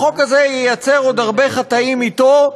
החוק הזה עוד ייצר עוד הרבה חטאים אתו,